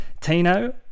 Tino